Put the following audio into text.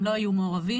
הם לא היו מעורבים,